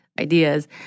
ideas